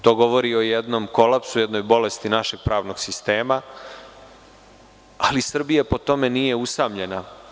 To govori o jednom kolapsu, jednoj bolesti našeg pravnog sistema, ali Srbija po tome nije usamljena.